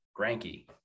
Granky